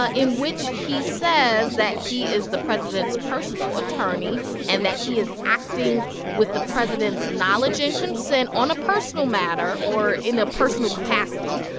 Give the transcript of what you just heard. ah in which he says that he is the president's personal attorney and that he is acting with the president's knowledge and consent on a personal matter, or in a personal capacity,